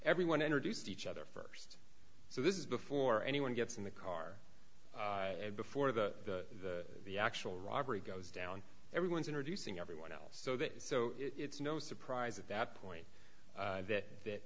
everyone introduced each other first so this is before anyone gets in the car and before the the actual robbery goes down everyone's introducing everyone else so that so it's no surprise at that point that